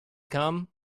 come